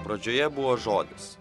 pradžioje buvo žodis